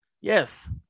yes